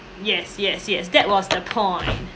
yes yes yes that was the point